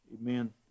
amen